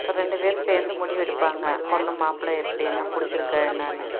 அப்புறம் ரெண்டு பேர் சேர்ந்து முடிவு எடுப்பாங்க பொண்ணு மாப்பிள எப்படினு பிடிச்சிருக்கா என்னெனு